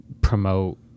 promote